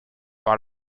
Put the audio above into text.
par